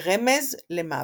כרמז למוות.